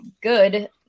good